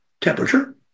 temperature